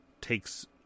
takes